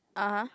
(uh huh)